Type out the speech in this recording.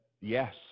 yes